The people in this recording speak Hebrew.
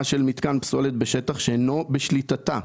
של מתקן פסולת בשטח שאינו בשליטתה,